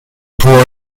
pour